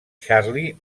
charlie